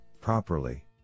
properly